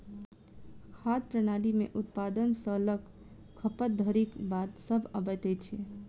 खाद्य प्रणाली मे उत्पादन सॅ ल क खपत धरिक बात सभ अबैत छै